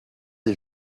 des